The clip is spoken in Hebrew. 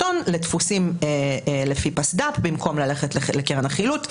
הון לדפוסים לפי פסד"פ במקום ללכת לקרן החילוט.